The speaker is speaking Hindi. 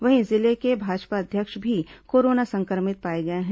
वहीं जिले के भाजपा अध्यक्ष भी कोरोना संक्रमित पाए गए हैं